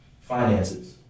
finances